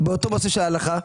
המוגבר בהלכה?